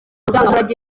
ndangamurage